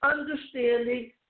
understanding